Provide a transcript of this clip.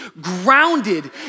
grounded